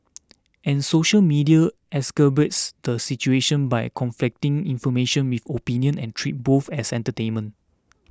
and social media exacerbates the situation by conflating information with opinion and treating both as entertainment